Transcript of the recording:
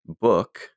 book